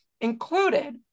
included